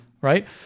right